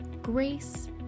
Grace